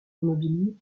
immobilier